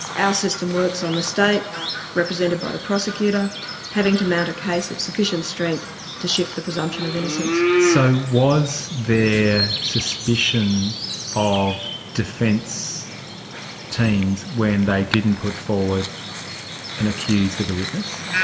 ah system works on the state represented by the prosecutor having to mount a case of sufficient strength to shift the presumption of innocence. so was there suspicion of defence teams when they didn't put forward an accused as a witness?